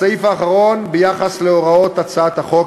בסעיף האחרון, ביחס להוראות הצעת החוק